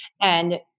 And-